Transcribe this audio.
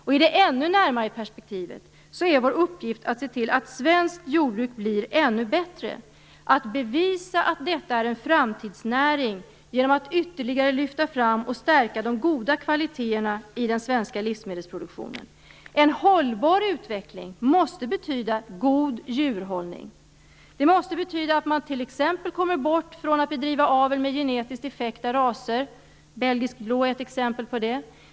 I det ännu närmare perspektivet är det vår uppgift att se till att det svenska jordbruket blir ännu bättre och bevisa att detta är en framtidsnäring genom att ytterligare lyfta fram och stärka de goda kvaliteterna i den svenska livsmedelsproduktionen. En hållbar utveckling måste betyda god djurhållning. Det måste t.ex. betyda att man kommer bort från att bedriva avel med genetiskt defekta raser. Belgisk blå är ett exempel på det.